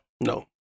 No